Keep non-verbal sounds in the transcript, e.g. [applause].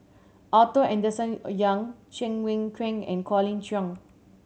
Arthur Henderson [unintelligible] Young Cheng Wai Keung and Colin Cheong